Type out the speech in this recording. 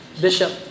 bishop